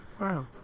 Wow